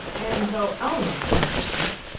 and though elinor could not speak,